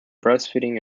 breastfeeding